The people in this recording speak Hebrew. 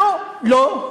אנחנו לא,